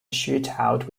shootout